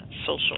social